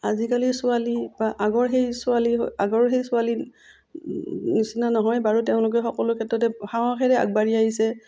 আজিকালি ছোৱালী বা আগৰ সেই ছোৱালী হৈ আগৰ সেই ছোৱালী নিচিনা নহয় বাৰু তেওঁলোকে সকলো ক্ষেত্ৰতে সাহসেৰে আগবাঢ়ি আহিছে